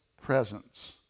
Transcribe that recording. presence